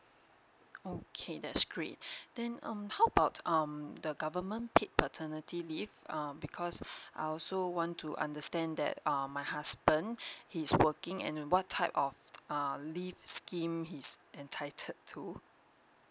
okay that's great then um how about um the government paid paternity leave um because I also want to understand that err my husband he's working and what type of err leave scheme he's entitled to